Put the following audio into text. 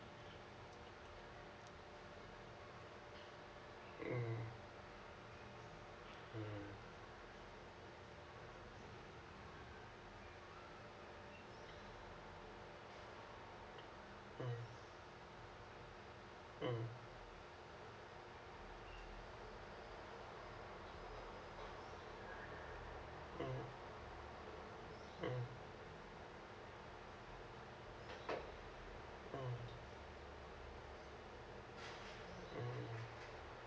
mm mm mm mm mm mm mm mm